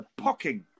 pocking